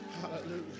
Hallelujah